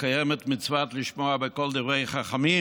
לקיים את מצוות לשמוע בקול דברי חכמים